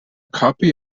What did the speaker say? copy